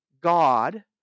God